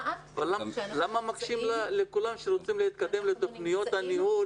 למה מקשים על מי שרוצה להתקדם לתוכניות הניהול?